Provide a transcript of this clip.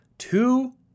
Two